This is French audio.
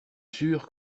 sûr